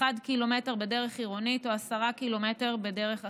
ק"מ אחד בדרך עירונית או 10 ק"מ בדרך אחרת.